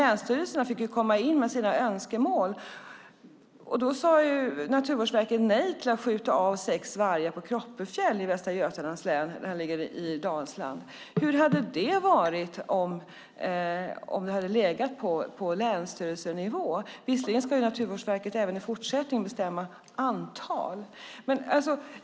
Länsstyrelserna fick komma in med sina önskemål, och Naturvårdsverket sade nej till att skjuta av sex vargar på Kroppefjäll i Dalsland i Västra Götalands län. Hur hade det blivit om beslutet hade legat på länsstyrelsenivå, även om Naturvårdsverket även i fortsättningen fick bestämma antalet?